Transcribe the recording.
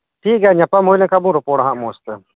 ᱴᱷᱤᱠ ᱜᱮᱭᱟ ᱧᱟᱯᱟᱢ ᱦᱩᱭᱞᱮᱱᱠᱷᱟᱡ ᱵᱚ ᱨᱚᱯᱚᱲᱟᱦᱟᱜ ᱢᱚᱪᱛᱮ